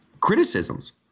criticisms